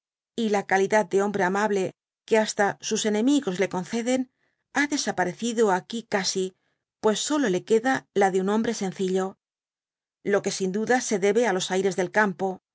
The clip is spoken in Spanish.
y la calidad de hombre amable que hasta sus enemigos le coacedea ha desaparecido aquí casi pues sok le c ueda la de un hombre sencillo lo que sia duda se debe á los aires del campo